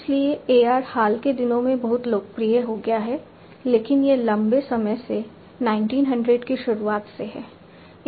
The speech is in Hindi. इसलिए AR हाल के दिनों में बहुत लोकप्रिय हो गया है लेकिन यह लंबे समय से 1900 की शुरुआत से है